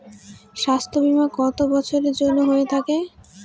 স্বাস্থ্যবীমা কত বছরের জন্য হয়ে থাকে?